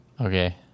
okay